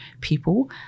people